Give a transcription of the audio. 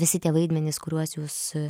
visi tie vaidmenys kuriuos jūs